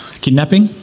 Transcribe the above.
kidnapping